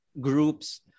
groups